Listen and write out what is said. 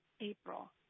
april